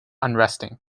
unresting